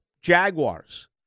Jaguars